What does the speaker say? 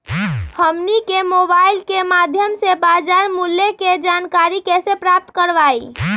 हमनी के मोबाइल के माध्यम से बाजार मूल्य के जानकारी कैसे प्राप्त करवाई?